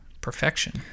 perfection